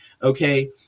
okay